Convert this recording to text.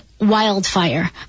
wildfire